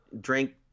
Drink